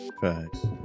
Facts